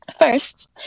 First